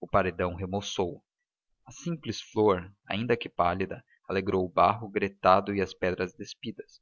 o paredão remoçou a simples flor ainda que pálida alegrou o barro gretado e as pedras despidas